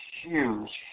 huge